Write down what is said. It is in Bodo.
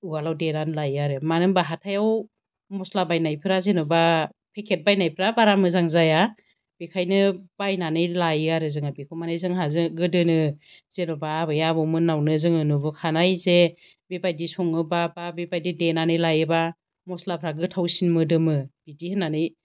उवालाव देनानै लायो आरो मानो होमबा हाथायाव मस्ला बायनायफ्रा जेन'बा पेकेट बायनायफ्रा बारा मोजां जाया बेखायनो बायनानै लायो आरो जोङो बेखौ मानि जोंहा जो गोदोनो जेन'बा आबै आबौ मोन्नावनो जोङो नुबो खानाय जे बेबादि सङोबा बा बेबादि देनानै लायोबा मस्लाफ्रा गोथावसिन मोदोमो बिदि होन्नानै